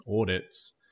audits